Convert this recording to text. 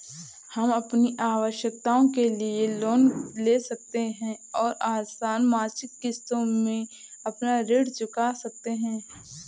हम अपनी आवश्कता के लिए लोन ले सकते है और आसन मासिक किश्तों में अपना ऋण चुका सकते है